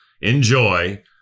enjoy